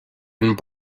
and